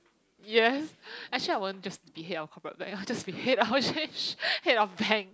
yes actually I won't just be head of corporate bank I'll just be head I'll change head of bank